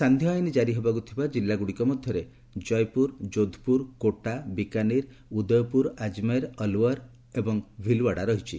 ସାନ୍ଧ୍ୟ ଆଇନ ଜାରି ହେବାକୁ ଥିବା ଜିଲ୍ଲାଗୁଡ଼ିକ ମଧ୍ୟରେ ଜୟପୁର ଯୋଧପୁର କୋଟା ବିକାନିର୍ ଉଦୟପୁର ଆଜ୍ମେର୍ ଅଲ୍ୱାର ଏବଂ ଭିଲ୍ୱାଡ଼ା ରହିଛି